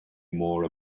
more